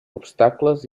obstacles